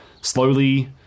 slowly